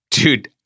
Dude